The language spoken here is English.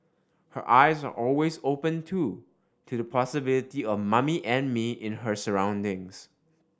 her eyes are always open too to the possibility of 'Mummy and Me' in her surroundings